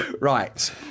Right